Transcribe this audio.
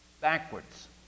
backwards